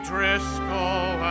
Driscoll